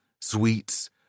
Sweets